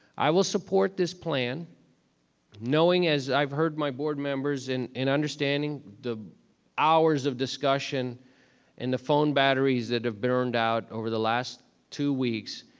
i will support this plan knowing as i've heard my board members and and understanding the hours of discussion and the phone batteries that have burned out over the last, two weeks,